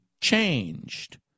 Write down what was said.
changed